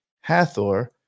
hathor